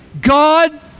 God